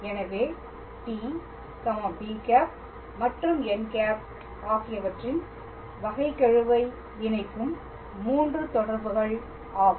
எனவே t b̂ மற்றும் n̂ ஆகியவற்றின் வகைக்கெழுவை இணைக்கும் 3 தொடர்புகள் ஆகும்